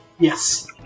Yes